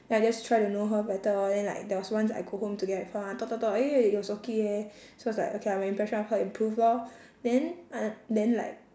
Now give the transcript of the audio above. then I just try to know her better lor then like there was once I go home together with her ah talk talk talk eh it was okay eh so it's like okay lah my impression of her improved lor then uh then like